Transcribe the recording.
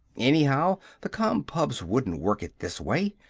anyhow, the compubs wouldn't work it this way!